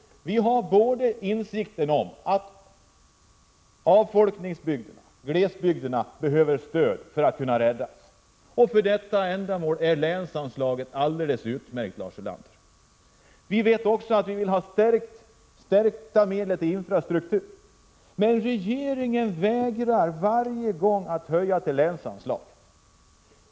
Vi har insikten att avfolkningsbygderna, glesbygderna, behöver stöd för att kunna räddas. För detta ändamål är länsanslaget alldeles utmärkt, Lars Ulander. Vi vill också ha ökade medel till infrastrukturen, men regeringen vägrar varje gång att höja länsanslagen.